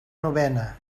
novena